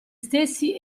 stessi